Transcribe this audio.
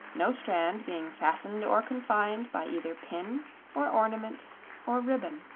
no strand being fastened or confined by either pin or ornament or ribbon.